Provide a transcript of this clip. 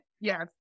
Yes